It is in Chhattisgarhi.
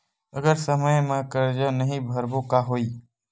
अगर समय मा कर्जा नहीं भरबों का होई?